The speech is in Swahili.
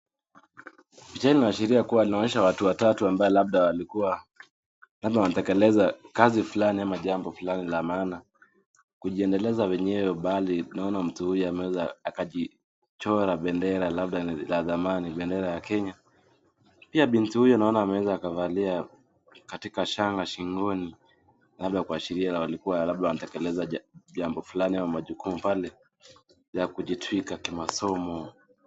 Picha hii inaashiria kuwa inaonyesha watu watatu ambao labda walikuwa, labda wanatekeleza kazi fulani ama jambo fulani la maana kujiendeleza wenyewe. Bali naona mtu huyu ameweza akajichora bendera labda ni ya zamani, bendera ya Kenya. Pia binti huyu naona ameweza akavalia katika shanga shingoni, labda kuashiria walikuwa labda wanatekeleza jambo fulani ama majukumu pale ya kujitwika kimasomo.